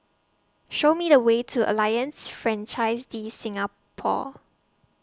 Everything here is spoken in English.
Show Me The Way to Alliance Francaise De Singapour